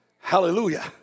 Hallelujah